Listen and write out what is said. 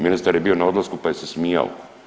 Ministar je bio na odlasku pa je se smijao.